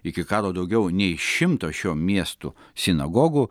iki karo daugiau nei šimto šio miestų sinagogų